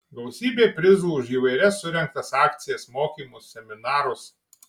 gausybė prizų už įvairias surengtas akcijas mokymus seminarus